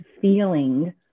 feeling